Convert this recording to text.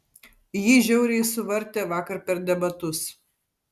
jį žiauriai suvartė vakar per debatus